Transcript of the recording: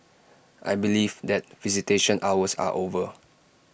I believe that visitation hours are over